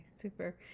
super